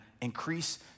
increase